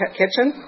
kitchen